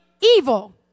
evil